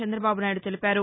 చందబాబు నాయుడు తెలిపారు